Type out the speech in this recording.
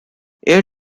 air